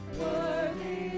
worthy